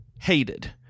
hated